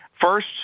First